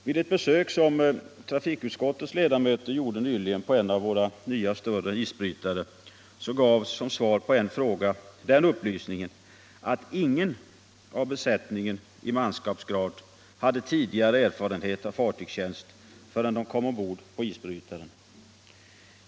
Vid ett besök som trafikutskottets ledamöter gjorde nyligen på en av våra nya större isbrytare gavs som svar på en fråga den upplysningen att ingen i manskapsgrad inom besättningen hade tidigare erfarenhet av fartygstjänst förrän vederbörande kom ombord på isbrytaren.